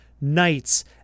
knights